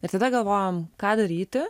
ir tada galvojom ką daryti